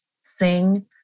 sing